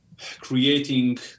creating